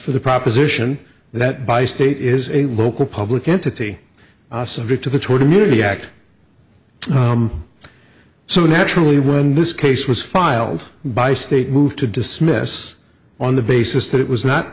for the proposition that by state is a local public entity subject to the toward immunity act so naturally when this case was filed by state moved to dismiss on the basis that it was not